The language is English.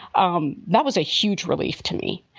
um that was a huge relief to me.